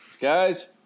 guys